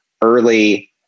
early